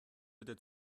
bitte